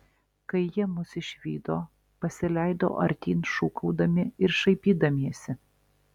kai jie mus išvydo pasileido artyn šūkaudami ir šaipydamiesi